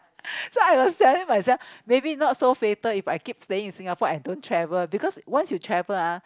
so I was telling myself maybe not so fatal if I keep staying in Singapore and don't travel because once you travel ah